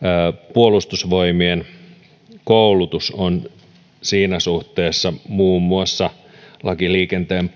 puolustusvoimien koulutus on siinä suhteessa muun muassa liikenteen